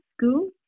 school